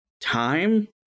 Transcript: time